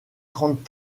trente